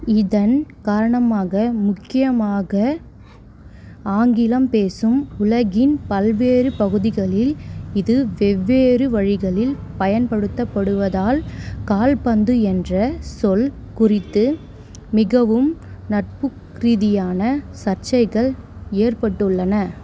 இதன் காரணமாக முக்கியமாக ஆங்கிலம் பேசும் உலகின் பல்வேறு பகுதிகளில் இது வெவ்வேறு வழிகளில் பயன்படுத்தப்படுவதால் கால்பந்து என்ற சொல் குறித்து மிகவும் நட்பு ரீதியான சர்ச்சைகள் ஏற்பட்டு உள்ளன